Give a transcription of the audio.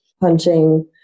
punching